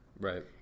Right